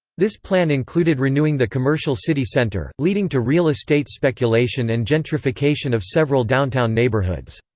this plan included renewing the commercial city center, leading to real estate speculation and gentrification of several downtown neighborhoods.